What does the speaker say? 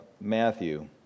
Matthew